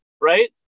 Right